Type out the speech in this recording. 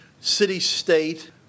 city-state